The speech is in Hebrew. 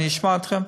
אני אשמע אתכם.